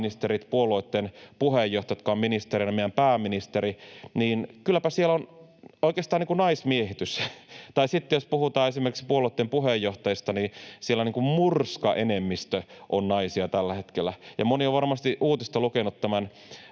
puolueitten puheenjohtajat, jotka ovat ministereinä, meidän pääministeri — niin kylläpä siellä on oikeastaan naismiehitys. Tai sitten, jos puhutaan esimerkiksi puolueitten puheenjohtajista, niin siellä murskaenemmistö on naisia tällä hetkellä. Moni on varmasti uutisista lukenut tämän